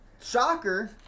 shocker